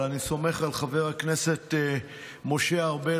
אבל אני סומך על חבר הכנסת משה ארבל,